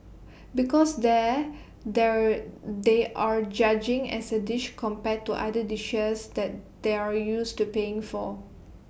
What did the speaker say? because there the they're judging as A dish compared to other dishes that they're used to paying for